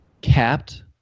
capped